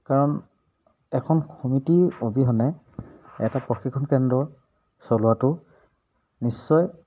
কাৰণ এখন সমিতিৰ অবিহনে এটা প্ৰশিক্ষণ কেন্দ্ৰ চলোৱাটো নিশ্চয়